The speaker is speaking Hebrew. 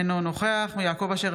אינו נוכח יעקב אשר,